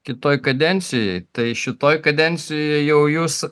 kitoj kadencijoj tai šitoj kadencijoj jau jūs